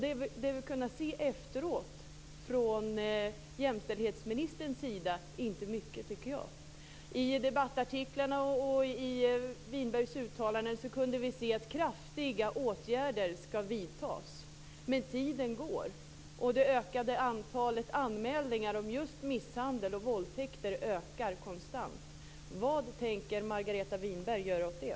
Men det vi har sett efteråt från jämställdhetsministerns sida är inte mycket. I debattartiklar och i uttalanden från Winberg har det framkommit att kraftiga åtgärder skall vidtas. Men tiden går. Antalet anmälningar om misshandel och våldtäkter ökar konstant. Vad tänker Margareta Winberg göra åt det?